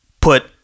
put